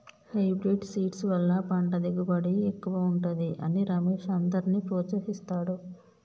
hybrid seeds వల్ల పంట దిగుబడి ఎక్కువుంటది అని రమేష్ అందర్నీ ప్రోత్సహిస్తాడు